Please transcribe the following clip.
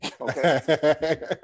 Okay